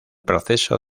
proceso